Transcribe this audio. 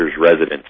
residence